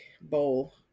bowl